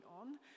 on